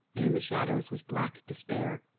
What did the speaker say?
and in the shadows was black despair.